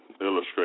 illustrate